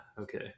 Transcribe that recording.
okay